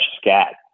scat